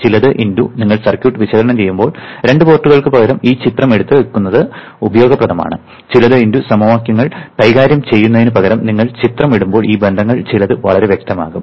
ചിലത് × നിങ്ങൾ സർക്യൂട്ടുകൾ വിശകലനം ചെയ്യുമ്പോൾ രണ്ട് പോർട്ടുകൾക്ക് പകരം ഈ ചിത്രം ഇടുന്നത് ഉപയോഗപ്രദമാണ് ചിലത് × സമവാക്യങ്ങൾ കൈകാര്യം ചെയ്യുന്നതിനുപകരം നിങ്ങൾ ചിത്രം ഇടുമ്പോൾ ഈ ബന്ധങ്ങളിൽ ചിലത് വളരെ വ്യക്തമാകും